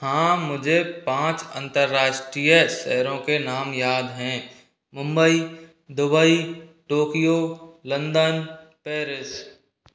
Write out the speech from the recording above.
हाँ मुझे पाँच अंतर्राष्ट्रीय शहरों के नाम याद हैं Mumbai Dubai Tokyo London Paris